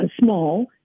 small